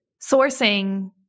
sourcing